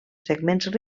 segments